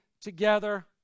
together